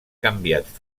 canviat